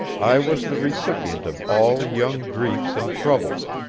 i was the recipient of all young griefs and troubles,